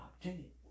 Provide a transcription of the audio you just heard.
opportunity